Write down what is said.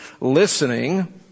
listening